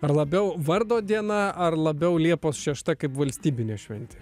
ar labiau vardo diena ar labiau liepos šešta kaip valstybinė šventė